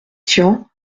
tian